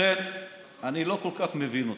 לכן אני לא כל כך מבין אותך.